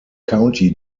county